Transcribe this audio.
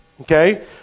Okay